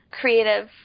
creative